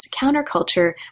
Counterculture